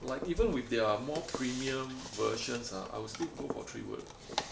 like even with their more premium versions ah I will still go for Three Wood